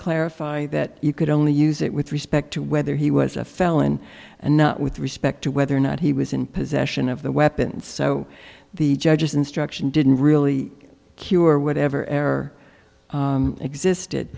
clarify that you could only use it with respect to whether he was a felon and not with respect to whether or not he was in possession of the weapons so the judge's instruction didn't really cure whatever air existed